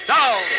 Down